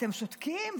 אתם שותקים?